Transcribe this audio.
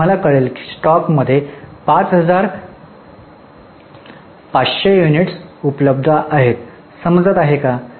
तर आम्हाला कळले की स्टॉक मध्ये 5500 युनिट उपलब्ध आहेत समजत आहे का